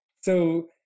So-